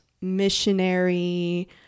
missionary